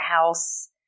house